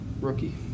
Rookie